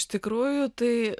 iš tikrųjų tai